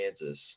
Kansas